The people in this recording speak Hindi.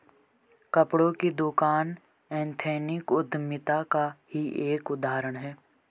कपड़ों की दुकान एथनिक उद्यमिता का ही एक उदाहरण है